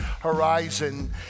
Horizon